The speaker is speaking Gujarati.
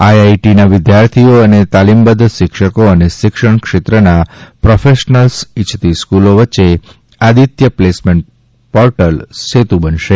આઈઆઈટીઈના વિદ્યાર્થીઓ અને તાલીમબદ્ધ શિક્ષકો અને શિક્ષણ ક્ષેત્રના પ્રોફેશનલ્સ ઇચ્છતી સ્કૂલો વચ્ચે આદિત્ય પ્લેસમેન્ટ પોર્ટલ સેતુ બનશે